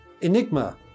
Enigma